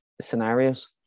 scenarios